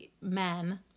men